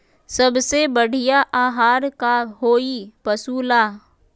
सबसे बढ़िया आहार का होई पशु ला?